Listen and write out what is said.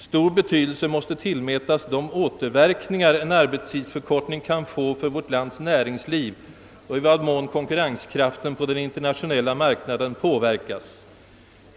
Stor betydelse måste tillmätas de återverkningar en arbetstidsförkortning kan få för vårt lands näringsliv och i vad mån konkurrenskraften på den internationella marknaden påverkas.